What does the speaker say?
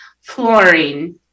flooring